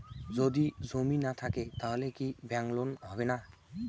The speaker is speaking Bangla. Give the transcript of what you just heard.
যদি জমি না থাকে তাহলে কি ব্যাংক লোন হবে না?